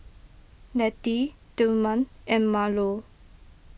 Letty Tillman and Marlo